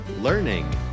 learning